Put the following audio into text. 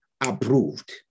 approved